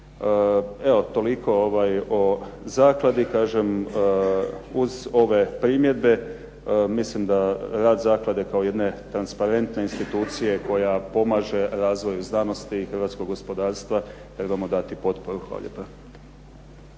Evo toliko o zakladi. Kažem, uz ove primjedbe mislim da rad zaklade kao jedne transparentne institucije koja pomaže razvoju znanosti i hrvatskog gospodarstva trebamo dati potporu. Hvala lijepa.